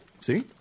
see